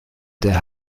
der